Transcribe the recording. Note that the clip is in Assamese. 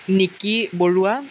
নিকি বৰুৱা